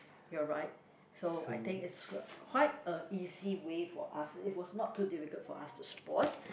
you're right so I think it's a quite a easy way for us it was not too difficult for us to spot